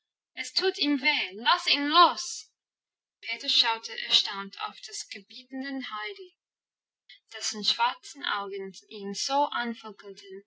es tut ihm weh lass ihn los peter schaute erstaunt auf das gebietende heidi dessen schwarze augen ihn so